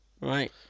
Right